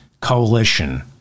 coalition